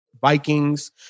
Vikings